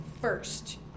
first